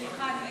סליחה.